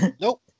nope